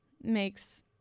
makes